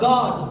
God